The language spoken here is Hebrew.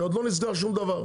שעוד לא נסגר שום דבר.